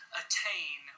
attain